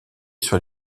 sur